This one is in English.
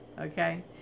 okay